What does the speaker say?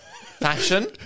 Fashion